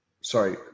sorry